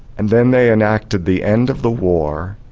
and then they enacted the end of the war,